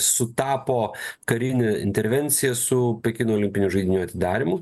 sutapo karinė intervencija su pekino olimpinių žaidynių atidarymu